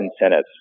incentives